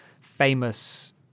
famous